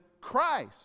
christ